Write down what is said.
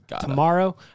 tomorrow